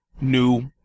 new